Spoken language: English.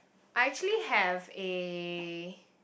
I actually have a